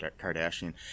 Kardashian